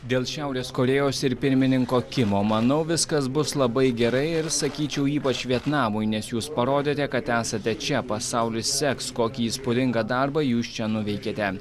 dėl šiaurės korėjos ir pirmininko kimo manau viskas bus labai gerai ir sakyčiau ypač vietnamui nes jūs parodėte kad esate čia pasaulis seks kokį įspūdingą darbą jūs čia nuveikėte